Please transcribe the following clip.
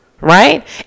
Right